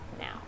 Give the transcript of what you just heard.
now